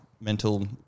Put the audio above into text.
mental